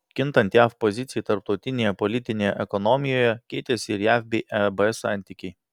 kintant jav pozicijai tarptautinėje politinėje ekonomijoje keitėsi ir jav bei eb santykiai